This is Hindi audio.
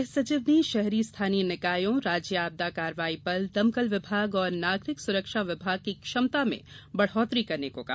गृह सविच ने शहरी स्थानीय निकायों राज्य आपदा कार्रवाई बल दमकल विभाग और नागरिक सुरक्षा विभाग की क्षमता में बढ़ोत्तरी करने को कहा